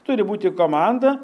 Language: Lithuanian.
turi būti komanda